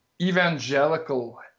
evangelical